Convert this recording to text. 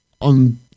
on